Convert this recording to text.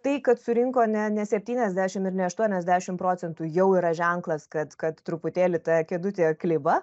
tai kad surinko ne ne septyniasdešimt ir ne aštuoniasdešimt procentų jau yra ženklas kad kad truputėlį ta kėdutė kliba